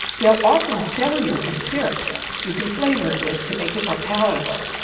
they'll often sell you a syrup you can flavour it with to make it more palatable.